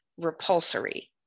repulsory